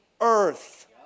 earth